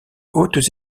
hautes